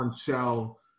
shell